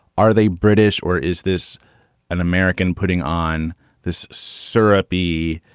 are they british or is this an american putting on this syrupy,